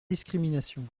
discrimination